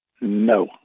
No